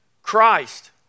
Christ